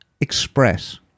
Express